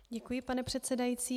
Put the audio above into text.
Děkuji, pane předsedající.